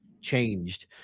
changed